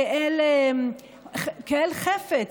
כאל חפץ,